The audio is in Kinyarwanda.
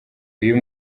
uyu